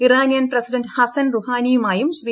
Iranian president Hassan റുഹാനിയുമായും ശ്രീ